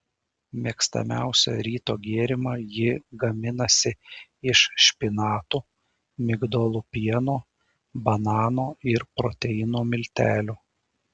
mėgstamiausią ryto gėrimą ji gaminasi iš špinatų migdolų pieno banano ir proteino miltelių